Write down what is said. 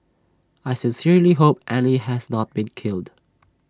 I sincerely hope Annie has not been killed